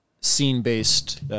scene-based